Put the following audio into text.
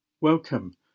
welcome